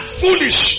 foolish